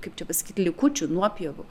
kaip čia pasakyt likučių nuopjovų